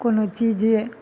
कोनो चीजे